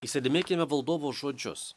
įsidėmėkime valdovo žodžius